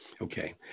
Okay